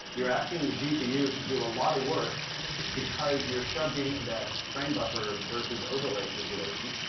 you're asking the gpu to do a lot of work because you're shoved into that frame buffer versus overlay situation.